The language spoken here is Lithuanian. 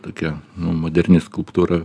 tokia moderni skulptūra